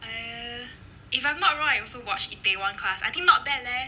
eh if I'm not wrong I also watch itaewon class I think not bad leh